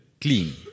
clean